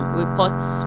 reports